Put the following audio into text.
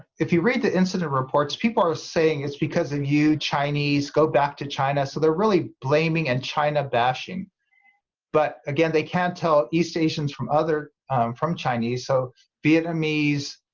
if you read the incident reports people are saying is because of you chinese, go back to china so they're really blaming and china-bashing but again they can't tell east asians from other from chinese so vietnamese,